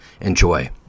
Enjoy